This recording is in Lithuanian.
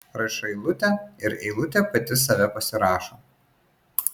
rašai eilutę ir eilutė pati save pasirašo